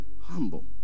humble